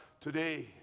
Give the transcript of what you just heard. today